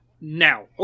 now